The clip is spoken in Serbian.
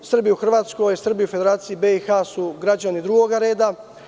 Srbi u Hrvatskoj i Srbi u Federaciji BiH su građani drugog reda.